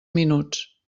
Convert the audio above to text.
minuts